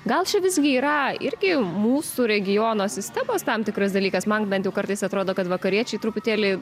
gal čia visgi yra irgi mūsų regiono sistemos tam tikras dalykas man bent jau kartais atrodo kad vakariečiai truputėlį